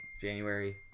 January